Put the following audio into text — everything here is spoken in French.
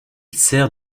sert